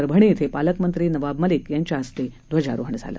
परभणी थिं पालकमंत्री नवाब मलिक यांच्या हस्ते ध्वजारोहण झालं